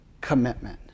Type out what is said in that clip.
commitment